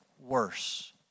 worse